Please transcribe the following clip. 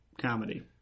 comedy